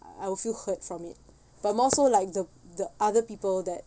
I will feel hurt from it but more so like the the other people that